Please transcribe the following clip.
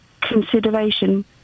consideration